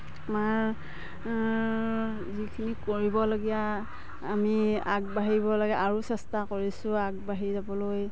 আমাৰ যিখিনি কৰিবলগীয়া আমি আগবাঢ়িব লাগে আৰু চেষ্টা কৰিছোঁ আগবাঢ়ি যাবলৈ